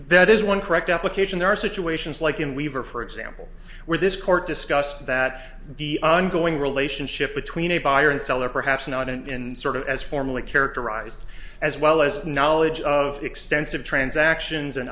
that is one correct application there are situations like in weaver for example where this court discussed that the ongoing relationship between a buyer and seller perhaps not in sort of as formal a characterized as well as knowledge of extensive transactions and